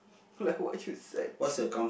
like what you said